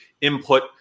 input